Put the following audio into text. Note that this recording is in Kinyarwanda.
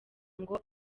ngo